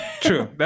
True